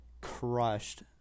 crushed